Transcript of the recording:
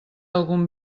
algun